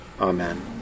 Amen